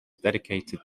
dedicated